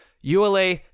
ULA